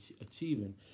achieving